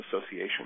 Association